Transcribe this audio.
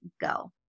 go